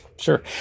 Sure